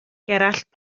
gerallt